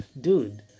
Dude